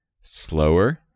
slower